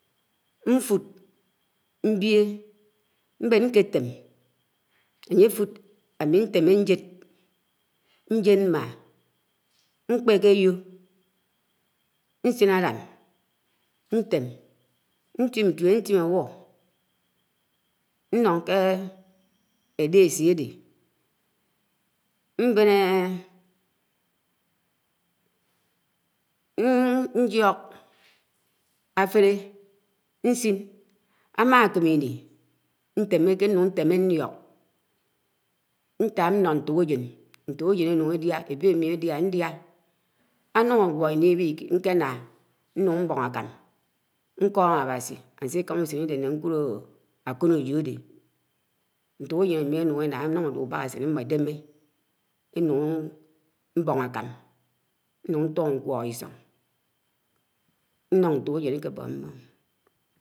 Ñfud m̃bie, m̃ben ñketém, ãnye ãfud, nteme ñjed, ñjed m̃ma, m̃kpeké ãyo̱, ñsin ãlan, ñtim ñtue, ñti awo ñnoh ké alesi ãde, ñjior afele ñsin, ãmakem ini, nteméke ñun nteme ñliok, ñtap ñno ñtok-ejen, ñtok-ejen eñun édia, ebemi ãdia, ãdia, anun ãgwo̱ ini iwiki ñnah ãkennah ñung ñko̱m̃, ñko̱m Awasi ásikãnã usén ide ñna ku̱d ạko̱nõje áde, nto̱k-jen ãmi anu̱n ẽdeme, enun ébo̱n àkam ñun ñto̱ho̱ ñkwo̱k isong nno ntokéjen ékébo mmon.